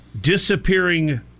disappearing